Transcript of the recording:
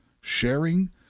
Sharing